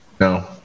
No